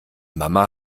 mama